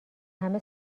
همه